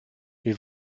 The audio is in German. wie